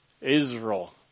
Israel